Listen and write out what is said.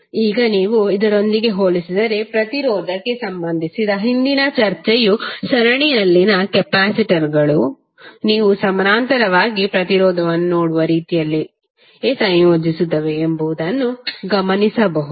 ಈಗ ನೀವು ಇದರೊಂದಿಗೆ ಹೋಲಿಸಿದರೆ ಪ್ರತಿರೋಧಕ್ಕೆ ಸಂಬಂಧಿಸಿದ ಹಿಂದಿನ ಚರ್ಚೆಯು ಸರಣಿಯಲ್ಲಿನ ಕೆಪಾಸಿಟರ್ಗಳು ನೀವು ಸಮಾನಾಂತರವಾಗಿ ಪ್ರತಿರೋಧವನ್ನು ನೋಡುವ ರೀತಿಯಲ್ಲಿಯೇ ಸಂಯೋಜಿಸುತ್ತವೆ ಎಂಬುದನ್ನು ಗಮನಿಸಬಹುದು